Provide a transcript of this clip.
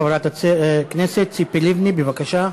חברת הכנסת ציפי לבני, בבקשה.